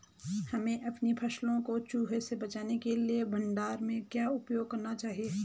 हमें अपनी फसल को चूहों से बचाने के लिए भंडारण में क्या उपाय करने चाहिए?